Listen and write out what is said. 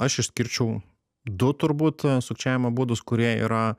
aš išskirčiau du turbūt sukčiavimo būdus kurie yra